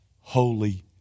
Holy